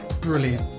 Brilliant